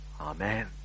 Amen